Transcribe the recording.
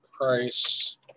price